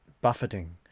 buffeting